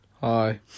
Hi